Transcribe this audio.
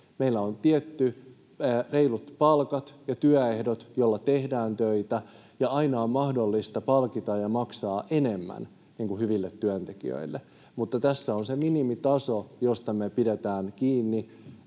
meillä on reilut palkat ja työehdot, joilla tehdään töitä, ja aina on mahdollista palkita ja maksaa enemmän hyville työntekijöille. Mutta tässä on se minimitaso, josta me pidetään kiinni